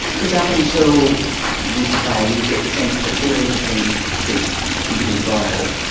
because up until this play, you get the sense that billy has been passive in his role,